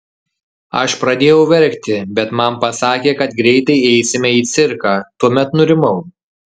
aš pradėjau verkti bet man pasakė kad greitai eisime į cirką tuomet nurimau